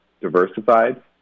diversified